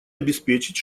обеспечить